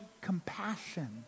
compassion